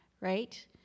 right